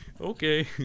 Okay